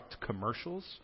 commercials